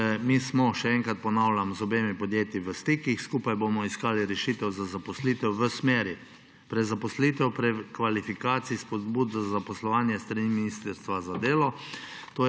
Mi smo, še enkrat ponavljam, z obema podjetjema v stikih. Skupaj bomo iskali rešitev za zaposlitev v smeri prezaposlitev, prekvalifikacij, spodbud za zaposlovanje s strani Ministrstva za delo,